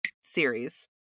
series